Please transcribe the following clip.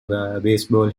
baseball